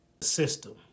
system